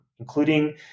including